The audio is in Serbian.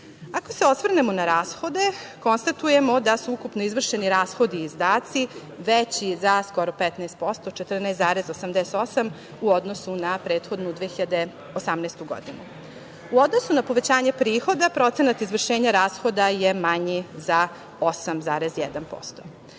se osvrnemo na rashode, konstatujemo da su ukupno izvršeni rashodi i izdaci veći za skoro 15%, 14,88% u odnosu na prethodnu 2018. godinu. U odnosu na povećanje prihoda procenat izvršenja rashoda je manji za 8,1%.